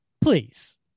please